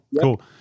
cool